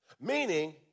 Meaning